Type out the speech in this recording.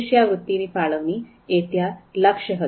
શિષ્યવૃત્તિની ફાળવણી એ ત્યાં લક્ષ્ય હતું